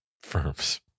firms